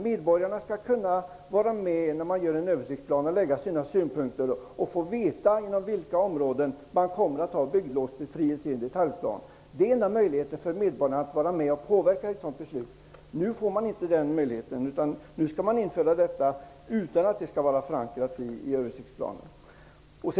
Medborgarna skall kunna vara med när man gör en översiktsplan, kunna föra fram sina synpunkter och få veta inom vilka områden man kommer att ha bygglovsbefrielse enligt detaljplanen. Det är medborgarnas enda möjlighet att vara med och påverka ett sådant beslut. Nu kommer man inte att få den möjligheten; detta kommer att införas utan att vara förankrat i översiktsplanen.